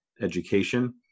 education